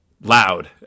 loud